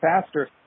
faster